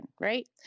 right